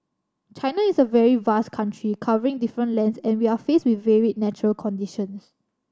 China is a very vast country covering different lands and we are faced with varied natural conditions